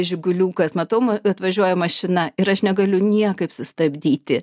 žiguliukas matau atvažiuoja mašina ir aš negaliu niekaip sustabdyti